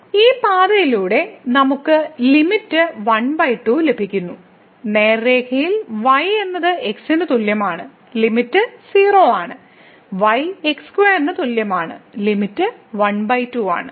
ഈ പാതയിലൂടെ നമുക്ക് ലിമിറ്റ് ½ ലഭിക്കുന്നു നേർരേഖയിൽ y എന്നത് x ന് തുല്യമാണ് ലിമിറ്റ് 0 ആണ് y x2 ന് തുല്യമാണ് ലിമിറ്റ് ½ ആണ്